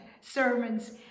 sermons